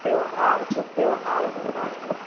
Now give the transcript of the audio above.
त्यौहार तो त्यौहार होता है ना